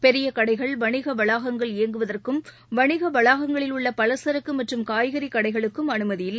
பெரிய கடைகள் வணிக வளாகங்கள் இயங்குவதற்கும் வணிக வளாகங்களில் உள்ள பலசரக்கு மற்றும் காய்கறி கடைகளுக்கும் அனுமதியில்லை